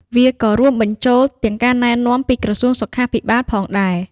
វាក៏រួមបញ្ចូលទាំងការណែនាំពីក្រសួងសុខាភិបាលផងដែរ។